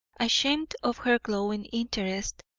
ashamed of her glowing interest,